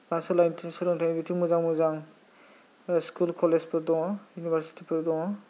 सोलोंथाइ सोलोंथाइनि बिथिङाव मोजां मोजां स्कुल कलेजफोर दङ इउनिभार्सिटिफोर दङ